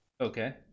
Okay